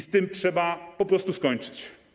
Z tym trzeba po prostu skończyć.